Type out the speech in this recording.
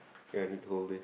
ya need to hold this